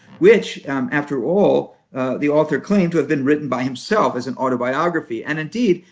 which after all the author claimed to have been written by himself as an autobiography. and indeed,